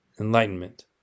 enlightenment